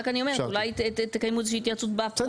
רק אני אומרת שאולי תקיימו איזושהי התייעצות באחת ההפסקות.